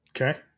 Okay